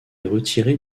retirés